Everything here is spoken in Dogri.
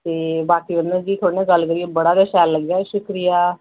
ते बाकी मतलब कि थआढ़े ने गल्ल करियैऐ बडा गै शैल लग्गेआ शुक्रिया